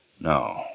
No